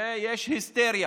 ויש היסטריה.